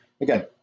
again